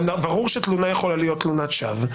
ברור שתלונה יכולה להיות תלונת שווא,